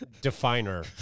Definer